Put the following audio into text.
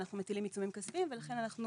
אנחנו מטילים עיצומים כספיים ולכן אנחנו